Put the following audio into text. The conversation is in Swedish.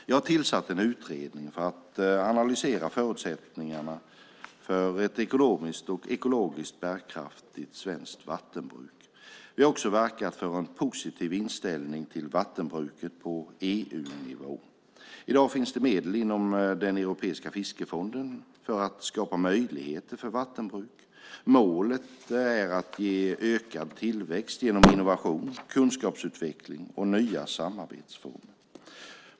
Jag har tillsatt en utredning för att analysera förutsättningarna för ett ekonomiskt och ekologiskt bärkraftigt svenskt vattenbruk. Vi har också verkat för en positiv inställning till vattenbruket på EU-nivå. I dag finns det medel inom Europeiska fiskerifonden för att skapa möjligheter för vattenbruket. Målet är att ge ökad tillväxt genom innovation, kompetensutveckling och nya samarbetsformer.